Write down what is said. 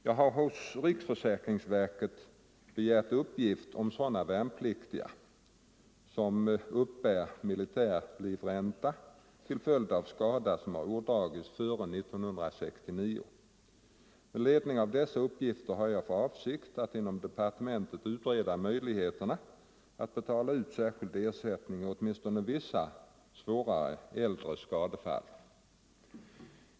Jag har hos riksförsäkringsverket begärt uppgifter om sådana värnpliktiga som uppbär militärlivränta till följd av skada som ådragits före år 1969. Med ledning av dessa uppgifter har jag för avsikt att inom departementet utreda möjligheten att betala ut särskild ersättning i åtminstone vissa svåra äldre skadefall.